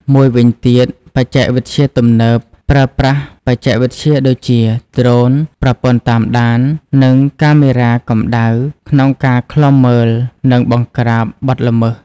មួយវិញទៀតបច្ចេកវិទ្យាទំនើប ប្រើប្រាស់បច្ចេកវិទ្យាដូចជា ដ្រូន ប្រព័ន្ធតាមដាន និងកាមេរ៉ាកម្ដៅ ក្នុងការឃ្លាំមើល និងបង្ក្រាបបទល្មើស។